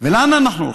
לאן אנחנו הולכים?